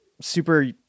super